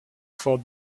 for